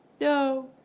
no